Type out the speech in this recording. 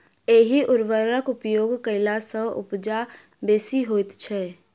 एहि उर्वरकक उपयोग कयला सॅ उपजा बेसी होइत छै